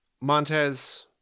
Montez